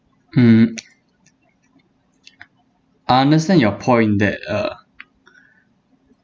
mm I understand your point that uh